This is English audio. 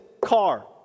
car